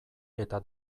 eta